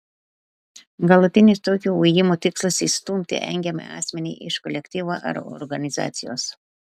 galutinis tokio ujimo tikslas išstumti engiamą asmenį iš kolektyvo ar organizacijos